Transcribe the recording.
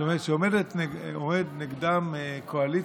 זאת אומרת שעומדת נגדם קואליציה